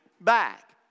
back